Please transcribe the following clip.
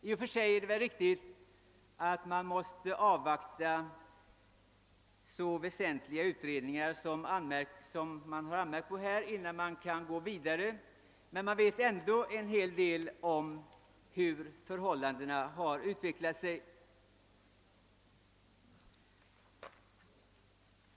I och för sig är det väl riktigt att man måste avvakta så väsentliga utredningar som det här gäller innan man kan gå vidare, men man vet ändå en hel del om hur förhållandena har utvecklat sig.